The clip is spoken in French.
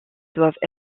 doivent